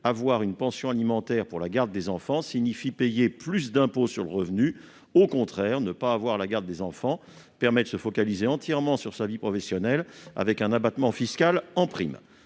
recevoir une pension alimentaire pour la garde des enfants signifie payer plus d'impôts sur le revenu. À l'inverse, ne pas avoir la garde des enfants permet de se focaliser entièrement sur sa vie professionnelle, avec en prime un abattement fiscal ! Je